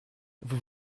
vous